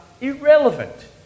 irrelevant